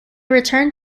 returned